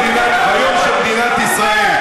אני מבקש ממך,